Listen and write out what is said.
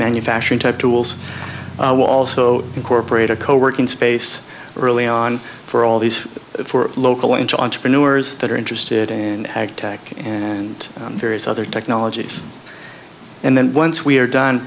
manufacturing type tools will also incorporate a co working space early on for all these for local into entrepreneurs that are interested and ag tech and various other technologies and then once we're done